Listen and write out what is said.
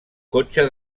cotxe